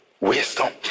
wisdom